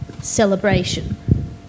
celebration